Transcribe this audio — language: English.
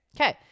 Okay